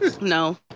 No